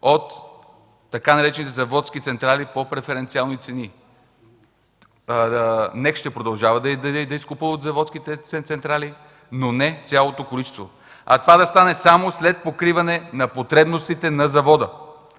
от така наречените заводски централи по преференциални цени. Националната електрическа компания ще продължава да изкупува от заводските централи, но не цялото количество. Това да стане само след покриване на потребностите на завода.